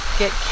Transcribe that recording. get